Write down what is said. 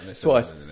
Twice